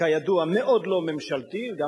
כידוע גוף מאוד לא ממשלתי, גם